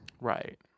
right